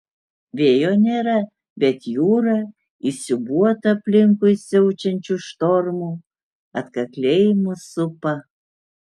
vėjo nėra bet jūra įsiūbuota aplinkui siaučiančių štormų atkakliai mus supa